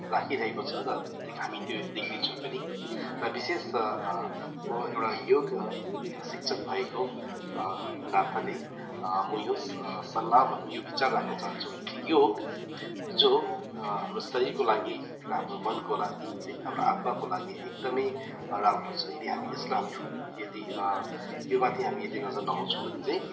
राखिरहेको छ र त हामी त्यो देख्दैछौँ पनि र विशेष म एउटा योग शिक्षक भएको नाताले म यस सल्लाह भनौँ यो विचार राख्नु चाहन्छु कि चाहिँ योग जो हाम्रो शरीरको लागि र हाम्रो मनको लागि है हाम्रो आत्माको लागि एकदम राम्रो छ यदि हामी यसलाई हामी यदि यो माथि हामी गिद्धे नजर लगाउँछौँ भने चाहिँ